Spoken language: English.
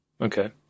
Okay